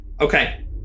Okay